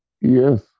Yes